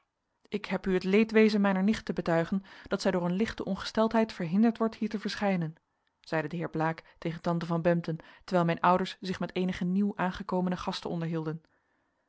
ik heb u het leedwezen mijner nicht te betuigen dat zij door een lichte ongesteldheid verhinderd wordt hier te verschijnen zeide de heer blaek tegen tante van bempden terwijl mijn ouders zich met eenige nieuw aangekomene gasten